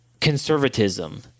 conservatism